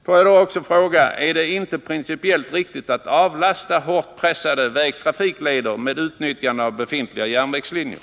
Får jag också fråga: Är det inte principiellt riktigt att avlasta hårt pressade biltrafikleder genom utnyttjande av befintliga järnvägslinjer?